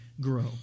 grow